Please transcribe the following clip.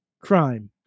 Crime